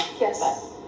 yes